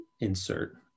insert